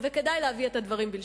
וכדאי להביא את הדברים בלשונם.